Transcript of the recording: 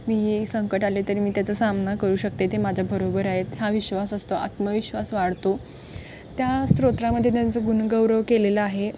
मी हे संकट आले तरी मी त्याचा सामना करू शकते ते माझ्याबरोबर आहेत हा विश्वास असतो आत्मविश्वास वाढतो त्या स्तोत्रामध्ये त्यांचं गुणगौरव केलेलं आहे